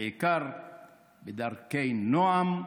ובעיקר בדרכי נועם,